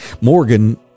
Morgan